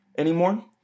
anymore